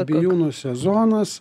bijūnų sezonas